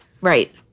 right